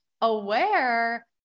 aware